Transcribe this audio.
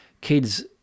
kids